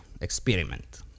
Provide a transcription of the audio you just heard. experiment